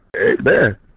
Amen